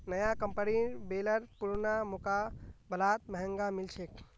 नया कंपनीर बेलर पुरना मुकाबलात महंगा मिल छेक